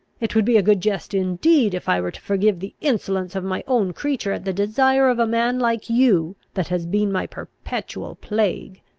it would be a good jest indeed, if i were to forgive the insolence of my own creature at the desire of a man like you that has been my perpetual plague.